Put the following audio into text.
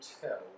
tell